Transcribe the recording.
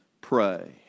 pray